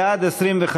חבר הכנסת חיליק